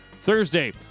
Thursday